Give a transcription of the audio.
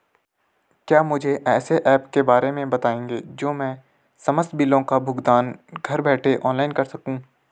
क्या मुझे ऐसे ऐप के बारे में बताएँगे जो मैं समस्त बिलों का भुगतान घर बैठे ऑनलाइन कर सकूँ?